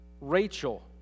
Rachel